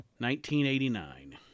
1989